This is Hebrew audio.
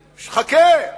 חכה, חכה.